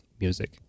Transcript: music